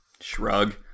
Shrug